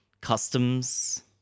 customs